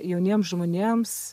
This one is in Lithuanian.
jauniems žmonėms